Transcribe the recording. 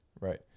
right